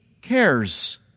cares